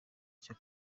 icyo